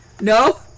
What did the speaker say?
No